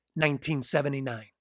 1979